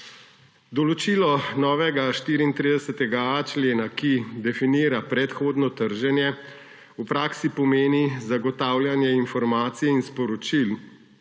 Določilo novega 34.a člena, ki definira predhodno trženje, v praksi pomeni zagotavljanje informacij in sporočil